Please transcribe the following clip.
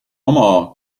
oma